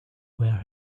where